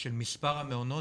של מספר המעונות